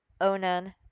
Onan